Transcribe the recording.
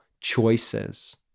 choices